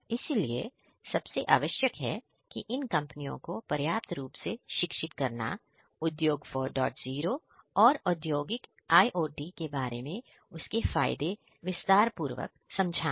इसीलिए सबसे आवश्यक है कि इन कंपनियों को पर्याप्त रूप से शिक्षित करना उद्योग40 और औद्योगिक IOT के बारे में उसके फायदे विस्तार पूर्वक समझाना